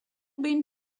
been